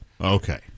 Okay